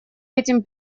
этим